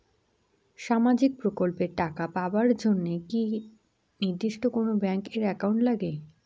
সামাজিক প্রকল্পের টাকা পাবার জন্যে কি নির্দিষ্ট কোনো ব্যাংক এর একাউন্ট লাগে?